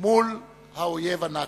"מול האויב הנאצי".